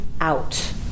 out